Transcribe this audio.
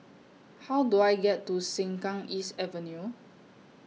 How Do I get to Sengkang East Avenue